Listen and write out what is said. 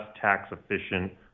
tax-efficient